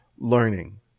Learning